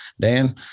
dan